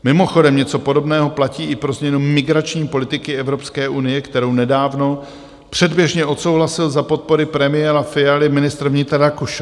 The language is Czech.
Mimochodem něco podobného platí i pro změnu migrační politiky Evropské unie, kterou nedávno předběžně odsouhlasil za podpory premiéra Fialy ministr vnitra Rakušan.